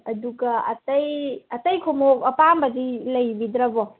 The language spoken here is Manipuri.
ꯑꯗꯨꯒ ꯑꯇꯩ ꯑꯇꯩ ꯈꯣꯡꯎꯞ ꯑꯄꯥꯝꯕꯗꯤ ꯂꯩꯕꯤꯗ꯭ꯔꯕꯣ